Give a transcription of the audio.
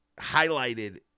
highlighted